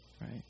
right